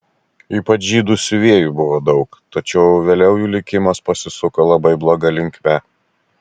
ypač žydų siuvėjų buvo daug tačiau vėliau jų likimas pasisuko labai bloga linkme